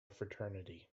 fraternity